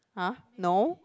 !huh! no